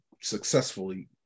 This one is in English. successfully